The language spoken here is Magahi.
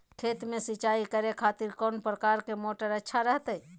खेत में सिंचाई करे खातिर कौन प्रकार के मोटर अच्छा रहता हय?